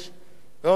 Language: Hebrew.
ועוד חודש,